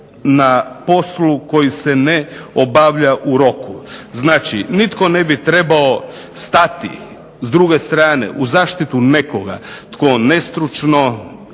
na poslu koji se ne obavlja u roku. Znači, nitko ne bi trebao stati s druge strane u zaštitu nekog tko ne stručno